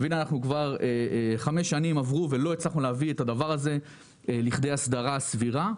וכבר חמש שנים עברו ולא הצלחנו להביא את הדבר הזה לכדי הסדרה סבירה.